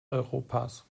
europas